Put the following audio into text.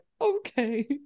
okay